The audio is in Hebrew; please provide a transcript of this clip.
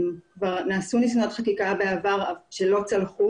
כבר נעשו ניסיונות חקיקה בעבר שלא צלחו